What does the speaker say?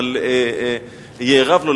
אבל יערב לו,